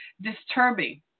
disturbing